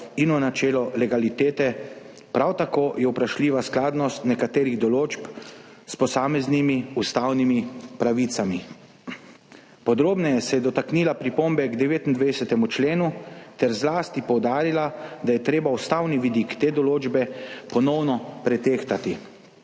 in v načelo legalitete, prav tako je vprašljiva skladnost nekaterih določb s posameznimi ustavnimi pravicami. Podrobneje se je dotaknila pripombe k 29. členu ter poudarila, da je treba ponovno pretehtati